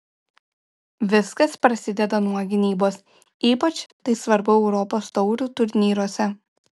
viskas prasideda nuo gynybos ypač tai svarbu europos taurių turnyruose